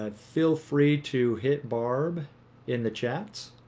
um feel free to hit barb in the chats